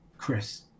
Chris